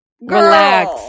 Relax